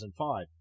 2005